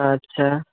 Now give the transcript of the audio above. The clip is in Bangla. আচ্ছা